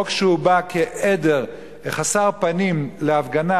או כשהוא בא כעדר חסר פנים להפגנה,